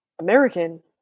American